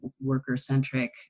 worker-centric